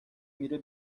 میره